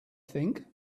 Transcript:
think